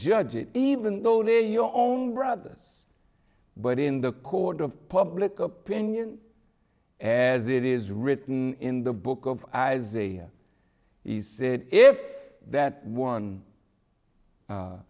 judge it even though they're your own brothers but in the court of public opinion as it is written in the book of isaiah he said if that one